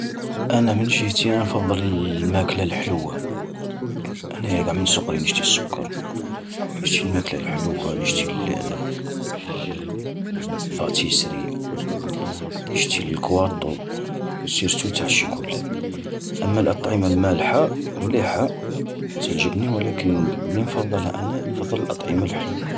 انا من جيهتي انا انفضل الماكلة الحلوة، انايا قع من صقري نشتي السكر، نشتي الماكلة الحلوة، نشتي ال-الباتيسري، نشتي القواطو سيرتو تع شيكولا. اما الأطعمة المالحة، مليحة تعجبني ولكن اللي نفضلها أنا، انفضل الأطعمة الحلوة.